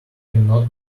cannot